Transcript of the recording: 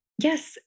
yes